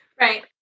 Right